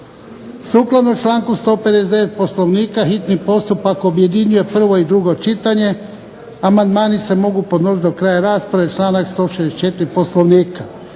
Sukladno članku 159. Poslovnika hitni postupak objedinjuje prvo i drugo čitanje. Amandmani se mogu podnositi do kraja rasprave, članak 164. Poslovnika.